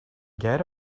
get